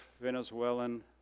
Venezuelan